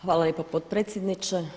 Hvala lijepa, potpredsjedniče.